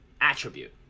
attribute